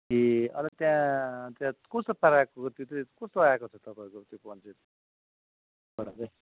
ए अन्त त्यहाँ त्यहाँ कस्तो पाराको त्यो चाहिँ कस्तो आएको छ तपाईँहरूको त्यो पञ्चायतबाट चाहिँ